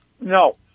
No